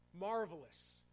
marvelous